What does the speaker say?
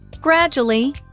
Gradually